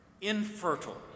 infertile